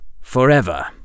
forever